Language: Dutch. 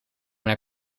naar